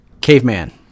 Caveman